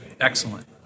excellent